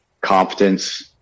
Competence